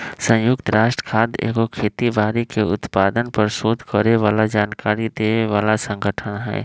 संयुक्त राष्ट्र खाद्य एगो खेती बाड़ी के उत्पादन पर सोध करे बला जानकारी देबय बला सँगठन हइ